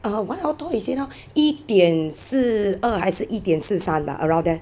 err one how tall is he now 一点四二还是一点四三 bah around there